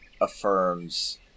affirms